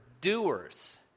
doers